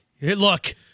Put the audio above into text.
look